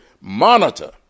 monitor